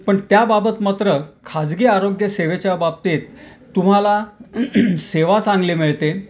पण त्याबाबत मात्र खाजगी आरोग्यसेवेच्या बाबतीत तुम्हाला सेवा चांगली मिळते